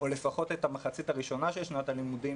או לפחות את המחצית הראשונה של שנת הלימודים,